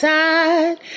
side